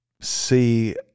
see